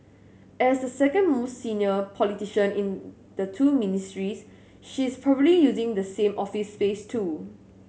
as the second most senior politician in the two ministries she is probably using the same office space too